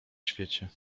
świecie